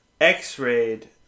x-rayed